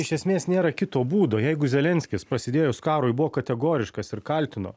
iš esmės nėra kito būdo jeigu zelenskis prasidėjus karui buvo kategoriškas ir kaltino